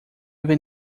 vem